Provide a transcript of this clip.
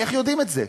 איך יודעים את זה?